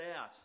out